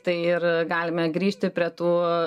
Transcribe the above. tai ir galime grįžti prie tų